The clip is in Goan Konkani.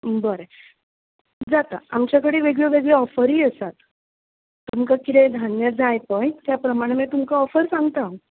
बरें जाता आमचे कडेन वेगळ्यो वेगळ्यो ओफरी आसात तुमकां कितें धान्य जाय पळय त्या प्रमाण मागीर तुमकां ओफर सांगतां हांव